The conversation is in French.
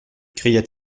cria